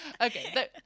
okay